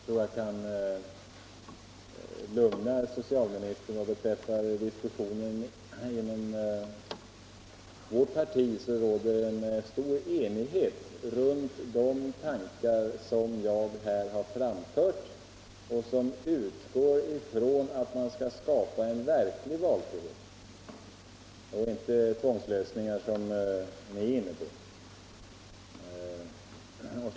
Herr talman! Jag tror att jag kan lugna socialministern vad beträffar diskussionen — inom vårt parti råder stor enighet kring de tankar som jag här har framfört och som utgår ifrån att man skall skapa en verklig valfrihet och inte tvångslösningar, som ni är inne på.